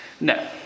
No